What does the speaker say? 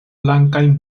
blankajn